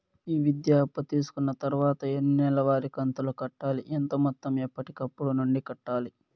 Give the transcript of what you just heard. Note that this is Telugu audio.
ఈ విద్యా అప్పు తీసుకున్న తర్వాత ఎన్ని నెలవారి కంతులు కట్టాలి? ఎంత మొత్తం ఎప్పటికప్పుడు నుండి కట్టాలి?